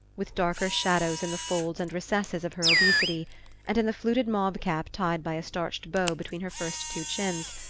with darker shadows in the folds and recesses of her obesity and, in the fluted mob-cap tied by a starched bow between her first two chins,